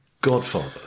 godfather